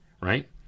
right